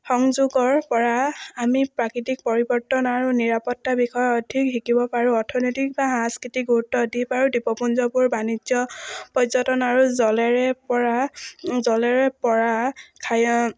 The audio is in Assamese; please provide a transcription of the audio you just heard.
সংযোগৰপৰা আমি প্ৰাকৃতিক পৰিৱৰ্তন আৰু নিৰাপত্তা বিষয়ে অধিক শিকিব পাৰোঁ অৰ্থনৈতিক বা সাংস্কৃতিক গুৰুত্ব দ্বীপ আৰু দ্বীপুঞ্জবোৰ বাণিজ্য পৰ্যটন আৰু জলেৰেপৰা জলেৰেপৰা খায়